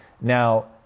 Now